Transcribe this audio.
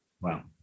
Wow